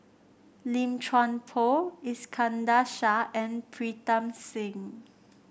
Lim Chuan Poh Iskandar Shah and Pritam Singh